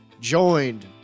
joined